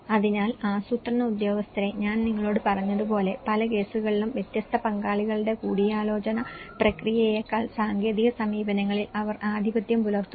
അതിനാൽ ആസൂത്രണ ഉദ്യോഗസ്ഥരെ ഞാൻ നിങ്ങളോട് പറഞ്ഞതുപോലെ പല കേസുകളിലും വ്യത്യസ്ത പങ്കാളികളുടെ കൂടിയാലോചന പ്രക്രിയയെക്കാൾ സാങ്കേതിക സമീപനങ്ങളിൽ അവർ ആധിപത്യം പുലർത്തുന്നു